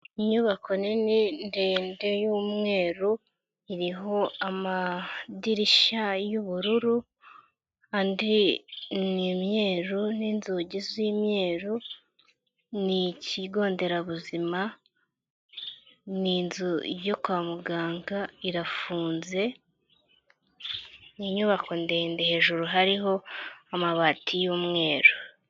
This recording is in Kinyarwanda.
Inyubako nini ndende y'umweru iriho amadirishya y'ubururu andi ni immyeru nzugi z'imyeru ni ikigo nderabuzima ni inzu yo kwa muganga irafunze ni inyubako ndende hejuru hariho amabati y'umweru.